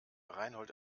reinhold